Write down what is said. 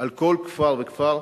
על כל כפר וכפר,